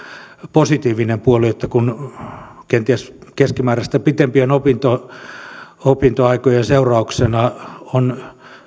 positiivinen puoli että kun kenties keskimääräistä pitempien opintoaikojen seurauksena on